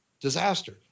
disaster